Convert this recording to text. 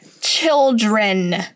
children